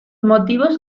motivos